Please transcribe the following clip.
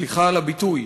סליחה על הביטוי.